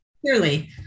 Clearly